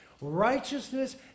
Righteousness